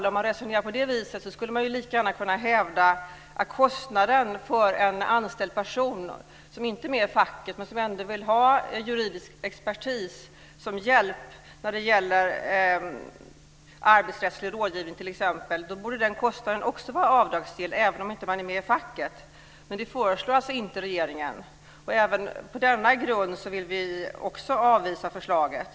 Om man resonerar på det viset skulle man lika gärna kunna hävda att också kostnaden för en anställd person som inte är med i facket men ändå vill ha juridisk expertis till hjälp med t.ex. arbetsrättslig rådgivning borde vara avdragsgill, men detta föreslår regeringen inte. Även på denna grund vill vi avvisa förslaget.